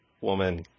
woman